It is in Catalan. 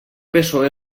psoe